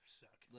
suck